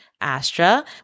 Astra